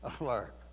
alert